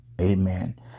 Amen